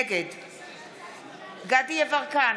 נגד דסטה גדי יברקן,